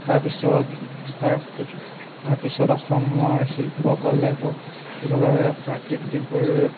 তাৰপিছত তাৰ তাৰপিছত অসমৰ শিল্পকলা প্ৰাকৃতিক